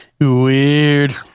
weird